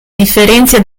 differenzia